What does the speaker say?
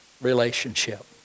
Relationship